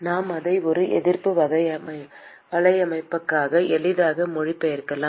நாம் அதை ஒரு எதிர்ப்பு வலையமைப்பாக எளிதாக மொழிபெயர்க்கலாம்